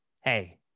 hey